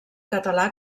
català